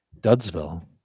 Dudsville